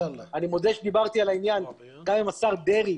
אני מודע שדיברתי על העניין גם עם השר דרעי